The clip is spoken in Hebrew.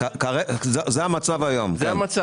זה המצב היום, כן.